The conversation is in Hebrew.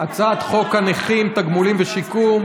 הצעת חוק הנכים (תגמולים ושיקום)